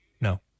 no